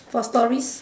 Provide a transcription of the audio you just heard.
got stories